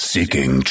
Seeking